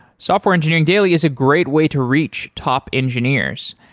software engineering daily is a great way to reach top engineers.